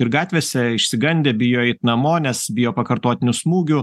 ir gatvėse išsigandę bijo eit namo nes bijo pakartotinių smūgių